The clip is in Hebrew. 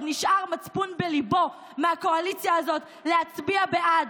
נשאר מצפון בליבו מהקואליציה הזאת להצביע בעד.